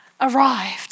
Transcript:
arrived